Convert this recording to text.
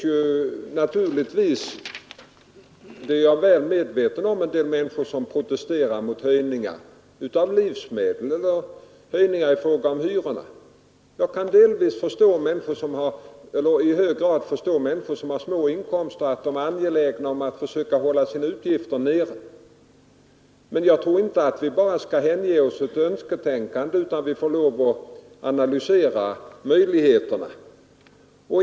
Jag är väl medveten om att det finns människor som protesterar mot höjningar av priser på livsmedel eller höjningar i fråga om hyrorna. Jag kan i hög grad förstå att människor som har små inkomster är angelägna om att försöka hålla sina utgifter nere, men jag tror inte att vi bara skall hänge oss åt önsketänkande, utan vi får lov att analysera de faktiska möjligheterna.